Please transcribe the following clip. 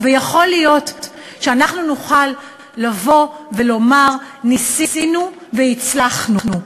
ויכול להיות שאנחנו נוכל לבוא ולומר ניסינו והצלחנו,